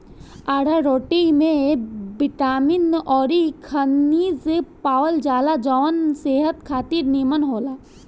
आरारोट में बिटामिन अउरी खनिज पावल जाला जवन सेहत खातिर निमन होला